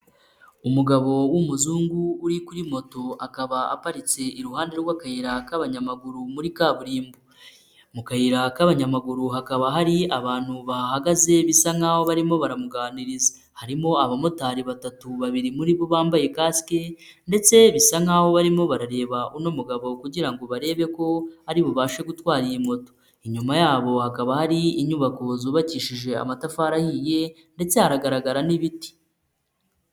Umugabo w'umuzungu uri kuri moto, akaba aparitse iruhande rw'akayira k'abanyamaguru muri kaburimbo. Mu kayira k'abanyamaguru hakaba hari abantu bahagaze bisa nkaho barimo baramuganiriza harimo abamotari batatu. Babiri muri bo bambaye kasike ndetse bisa nkaho barimo barareba uno mugabo kugira ngo barebe ko ari bubashe gutwara iyi moto. Inyuma yabo hakaba hari inyubako zubakishije amatafari ahiye hagaragara n'ibiti.